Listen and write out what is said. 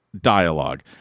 dialogue